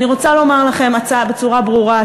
אני רוצה לומר לכם בצורה ברורה,